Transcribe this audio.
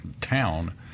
town